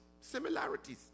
similarities